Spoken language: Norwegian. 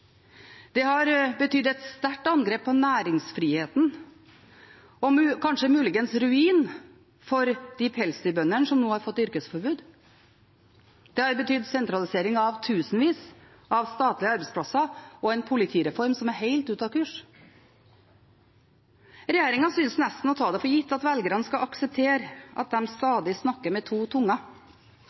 Det har betydd et sterkt angrep på næringsfriheten og kanskje muligens ruin for de pelsdyrbøndene som nå har fått yrkesforbud. Det har betydd sentralisering av tusenvis av statlige arbeidsplasser og en politireform som er helt ute av kurs. Regjeringen synes nesten å ta det for gitt at velgerne skal akseptere at de stadig snakker med to